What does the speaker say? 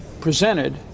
presented